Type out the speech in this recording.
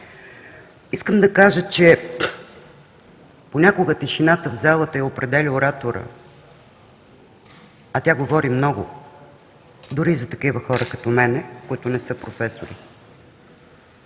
Искам да кажа, че понякога тишината в залата я определя ораторът, а тя говори много, дори за такива хора като мен, които не са професори,